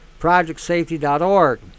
ProjectSafety.org